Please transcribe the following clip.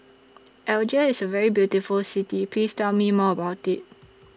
Algiers IS A very beautiful City Please Tell Me More about IT